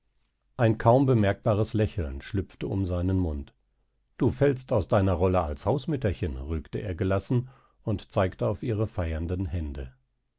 ein kaum bemerkbares lächeln schlüpfte um seinen mund du fällst aus deiner rolle als hausmütterchen rügte er gelassen und zeigte auf ihre feiernden hände